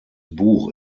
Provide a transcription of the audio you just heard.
buch